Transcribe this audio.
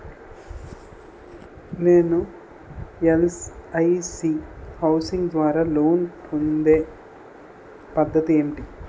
నేను LIC housing ద్వారా loan పొందే పద్ధతి ఏంటి?